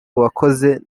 uwakoze